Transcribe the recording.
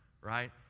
right